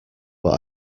but